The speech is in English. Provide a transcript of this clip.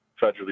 federally